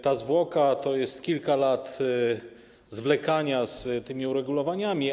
Ta zwłoka to jest kilka lat zwlekania z tymi uregulowaniami.